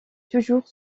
toujours